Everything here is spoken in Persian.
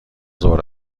ظهر